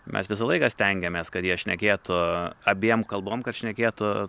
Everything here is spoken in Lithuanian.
mes visą laiką stengiamės kad jie šnekėtų abiem kalbom kad šnekėtų